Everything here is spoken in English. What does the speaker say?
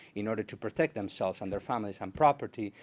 in order to protect themselves and their families and property,